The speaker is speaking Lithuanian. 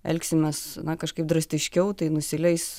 elgsimės na kažkaip drastiškiau tai nusileis